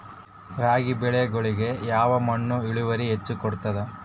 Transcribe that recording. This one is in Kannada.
ರಾಗಿ ಬೆಳಿಗೊಳಿಗಿ ಯಾವ ಮಣ್ಣು ಇಳುವರಿ ಹೆಚ್ ಕೊಡ್ತದ?